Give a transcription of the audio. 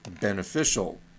beneficial